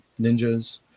ninjas